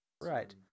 Right